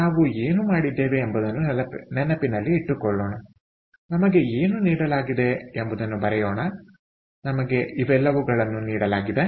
ನಾವು ಏನು ಮಾಡಿದ್ದೇವೆ ಎಂಬುದನ್ನು ನೆನಪಿನಲ್ಲಿಟ್ಟುಕೊಳ್ಳೋಣ ನಮಗೆ ಏನು ನೀಡಲಾಗಿದೆ ಎಂಬುದನ್ನು ಬರೆಯೋಣ ನಮಗೆ ಇವುಗಳೆಲ್ಲವನ್ನೂ ನೀಡಲಾಗಿದೆ